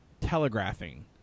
telegraphing